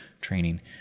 training